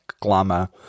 glamour